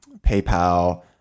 PayPal